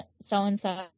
so-and-so